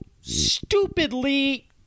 stupidly